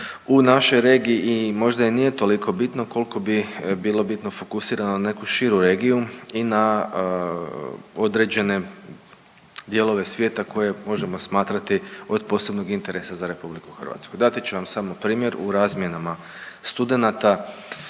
u našoj regiji i možda i nije toliko bitno koliko bi bilo bitno fokusirano na neku širu regiju i na određene dijelove svijeta koje možemo smatrati od posebnog interesa za RH. Dati ću vam samo primjer u razmjenama studenata.